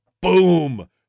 Boom